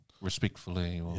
respectfully